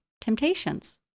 temptations